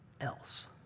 else